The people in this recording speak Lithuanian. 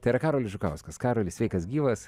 tai yra karolis žukauskas karoli sveikas gyvas